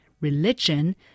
religion